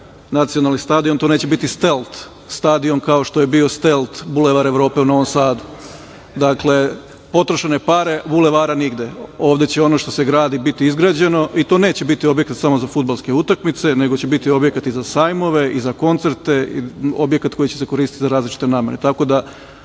nacionalni stadion, to neće biti Stelt stadion, kao što je bio Stelt Bulevar Evrope u Novom Sadu. Dakle, potrošene pare, a bulevara nigde. Ovde će ono što se gradi biti izgrađeno i to neće biti objekat samo za fudbalske utakmice, nego će biti objekat i za sajmove, i za koncerte, objekat koji će se koristiti za različite namene,